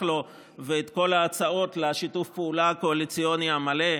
לו ואת כל ההצעות לשיתוף הפעולה הקואליציוני המלא.